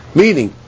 meaning